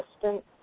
assistant